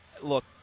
Look